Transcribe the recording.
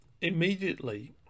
immediately